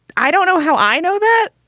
i don't know how i know that,